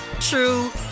true